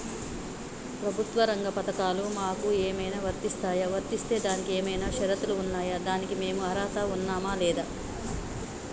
ప్రభుత్వ రంగ పథకాలు మాకు ఏమైనా వర్తిస్తాయా? వర్తిస్తే దానికి ఏమైనా షరతులు ఉన్నాయా? దానికి మేము అర్హత ఉన్నామా లేదా?